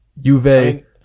Juve